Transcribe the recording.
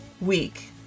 week